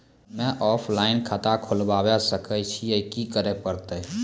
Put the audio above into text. हम्मे ऑफलाइन खाता खोलबावे सकय छियै, की करे परतै?